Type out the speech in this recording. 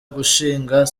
gushinga